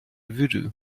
voodoo